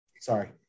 sorry